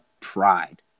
pride